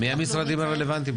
מי המשרדים הרלוונטיים?